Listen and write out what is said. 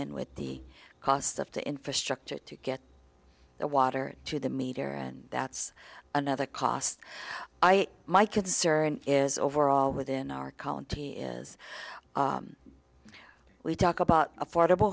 in with the cost of the infrastructure to get the water to the meter and that's another cost i my concern is overall within our county is we talk about affordable